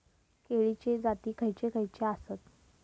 केळीचे जाती खयचे खयचे आसत?